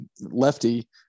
lefty